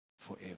forever